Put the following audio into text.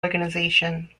organization